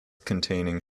containing